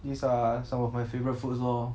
these are some of my favourite foods lor